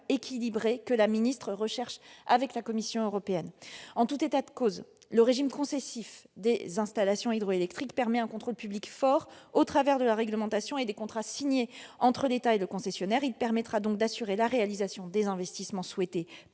équilibrée que la ministre recherche avec la Commission européenne. En tout état de cause, le régime concessif des installations hydroélectriques permet un contrôle public fort, au travers de la réglementation et des contrats signés entre l'État et le concessionnaire. Il permettra donc d'assurer la réalisation des investissements souhaités